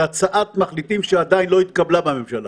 הצעת מחליטים שעדיין לא התקבלה בממשלה?